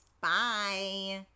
Bye